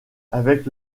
avec